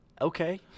Okay